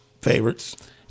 Favorites